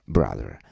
Brother